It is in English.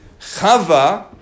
Chava